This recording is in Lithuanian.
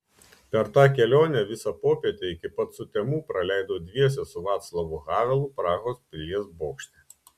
per tą kelionę visą popietę iki pat sutemų praleidau dviese su vaclavu havelu prahos pilies bokšte